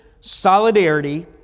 solidarity